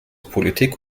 politik